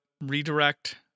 redirect